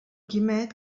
quimet